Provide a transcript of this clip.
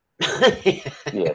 Yes